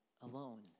alone